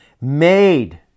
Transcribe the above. Made